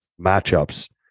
matchups